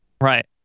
Right